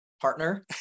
partner